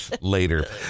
later